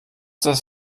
das